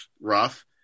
rough